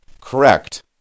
Correct